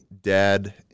dad